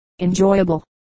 enjoyable